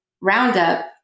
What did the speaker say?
Roundup